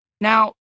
Now